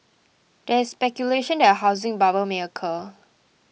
there is speculation that a housing bubble may occur